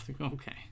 okay